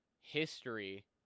history